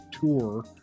tour